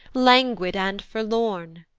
languid, and forlorn.